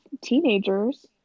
teenagers